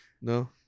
No